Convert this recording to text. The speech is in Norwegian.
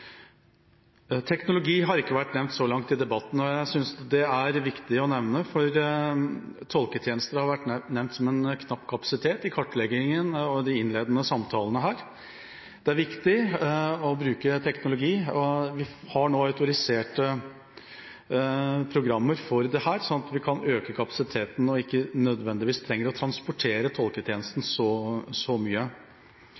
Teknologi har ikke vært nevnt så langt i debatten, og jeg synes det er viktig å nevne det. Tolketjenester har vært nevnt som en knapp kapasitet i kartleggingen og i de innledende samtalene. Det er viktig å bruke teknologi, og vi har nå autoriserte programmer for dette, slik at vi kan øke kapasiteten og ikke nødvendigvis trenger å transportere tolketjenesten